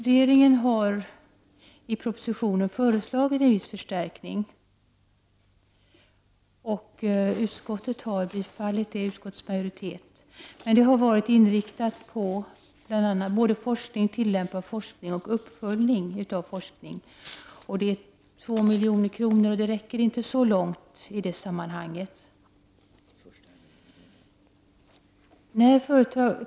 Regeringen har i propositionen föreslagit en viss förstärkning, och utskottets majoritet har tillstyrkt den. Anslaget har inriktats på bl.a. forskning, tilllämpad forskning och uppföljning av forskning. De 2 milj.kr. som föreslås räcker inte så långt i det sammanhanget.